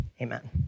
amen